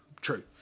true